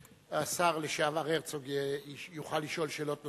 והשר לשעבר הרצוג יוכל לשאול שאלות נוספות,